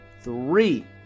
Three